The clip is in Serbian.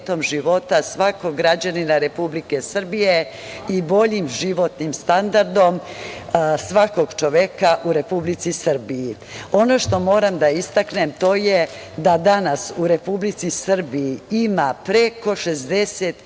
svakog građanina Republike Srbije i boljim životnim standardom svakog čoveka u Republici Srbiji. Ono što moram da istaknem to je da danas u Republici Srbiji ima preko